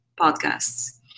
Podcasts